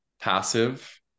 passive